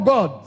God